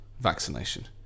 vaccination